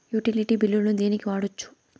Utility బిల్లులను దేనికి వాడొచ్చు?